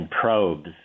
probes